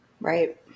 Right